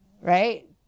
Right